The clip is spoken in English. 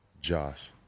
Josh